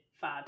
fad